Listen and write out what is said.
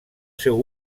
seu